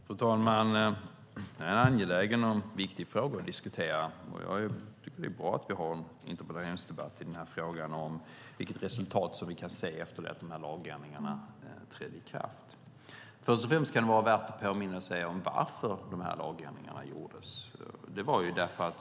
Fru talman! Detta är en angelägen och viktig fråga att diskutera. Det är bra att vi har en interpellationsdebatt om vilket resultat vi kan se efter att lagändringarna trätt i kraft. Först och främst kan det vara värt att påminna sig varför lagändringarna gjordes.